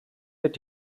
wird